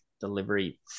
delivery